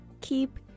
keep